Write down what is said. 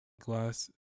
glass